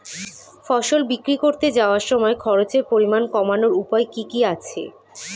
ফসল বিক্রি করতে যাওয়ার সময় খরচের পরিমাণ কমানোর উপায় কি কি আছে?